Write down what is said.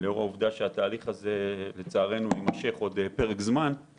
לאור העובדה שההליך שאותו היא משרתת נמשך עוד זמן.